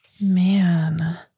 Man